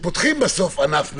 כשפותחים בסוף ענף מסוים,